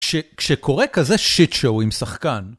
כש.. כשקורה כזה שיט-שואו עם שחקן.